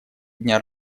дня